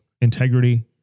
integrity